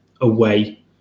away